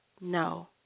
No